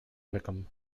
wickham